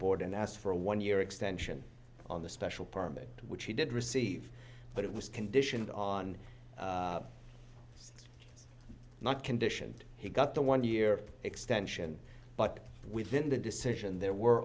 board and asked for a one year extension on the special permit which he did receive but it was conditioned on not condition he got the one year extension but within the decision there were